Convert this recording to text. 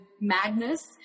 madness